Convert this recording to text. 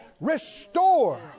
restore